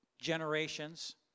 generations